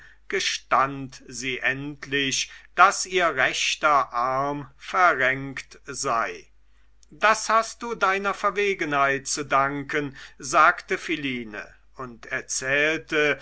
gestand sie endlich daß ihr rechter arm verrenkt sei das hast du deiner verwegenheit zu danken sagte philine und erzählte